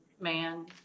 man